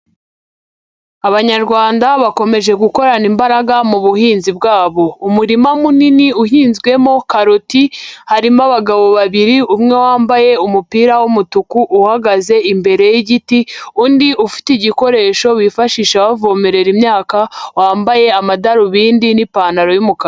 Abanyarwanda bakomeje gukorana imbaraga muhinzi bwabo, umurima munini uhinzwemo karoti harimo abagabo babiri, umwe wambaye umupira w'umutuku uhagaze imbere y'igiti, undi ufite igikoresho bifashisha bavomerera imyaka wambaye amadarubindi n'ipantaro y'umukara.